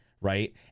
right